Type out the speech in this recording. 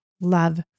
love